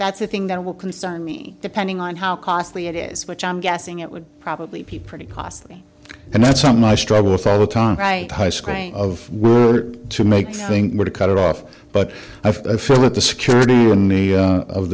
that's a thing that will concern me depending on how costly it is which i'm guessing it would probably pee pretty costly and that's something i struggle with all the time right high screen of words to make thing were to cut it off but i feel that the security of the